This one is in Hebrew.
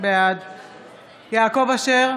בעד יעקב אשר,